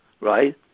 right